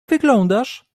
wyglądasz